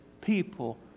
people